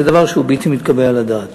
זה דבר שהוא בלתי מתקבל על הדעת.